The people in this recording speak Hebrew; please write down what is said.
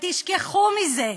ותשכחו מזה,